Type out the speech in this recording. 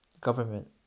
Government